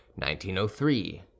1903